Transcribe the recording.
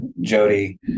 Jody